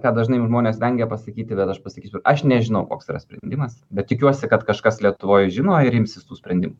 ką dažnai žmonės vengia pasakyti bet aš pasakysiu aš nežinau koks yra sprendimas bet tikiuosi kad kažkas lietuvoje žino ir imsis tų sprendimų